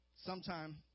sometime